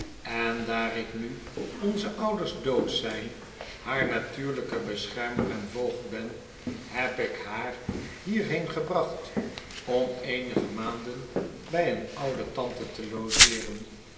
en daar ik nu onze ouders dood zijn haar natuurlijke beschermer en voogd ben heb ik haar hierheen gebracht om eenige maanden bij een oude tante te logeeren